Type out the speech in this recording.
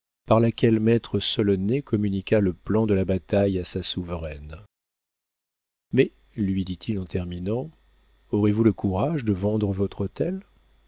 par laquelle maître solonet communiqua le plan de la bataille à sa souveraine mais lui dit-il en terminant aurez-vous le courage de vendre votre hôtel